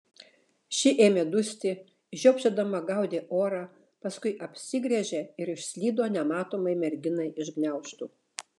ši ėmė dusti žiopčiodama gaudė orą paskui apsigręžė ir išslydo nematomai merginai iš gniaužtų